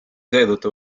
seetõttu